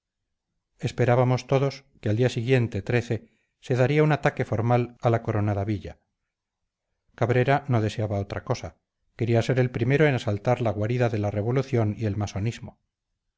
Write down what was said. esperábamos todos que al día siguiente se daría un ataque formal a la coronada villa cabrera no deseaba otra cosa quería ser el primero en asaltar la guarida de la revolución y el